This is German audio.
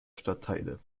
stadtteile